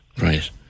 right